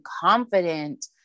confident